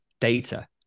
data